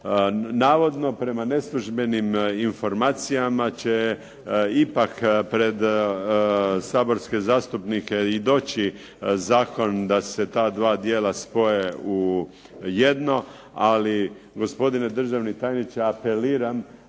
Navodno prema neslužbenim informacijama će ipak pred saborske zastupnike i doći zakon da se ta dva dijela spoje u jedno. Ali gospodine državni tajniče apeliram